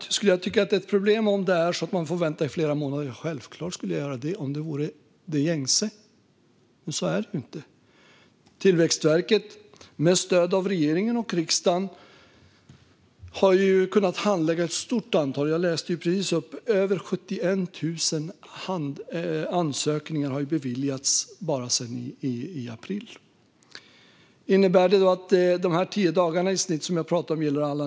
Skulle jag tycka att det var ett problem om man fick vänta i flera månader? Ja, självklart, om det vore det gängse. Men så är det inte. Tillväxtverket har, med stöd av regering och riksdag, kunnat handlägga ett stort antal ansökningar, och som jag nyss läste upp har över 71 000 ansökningar beviljats sedan april. Innebär det att de tio dagar i snitt jag nämnde gäller alla?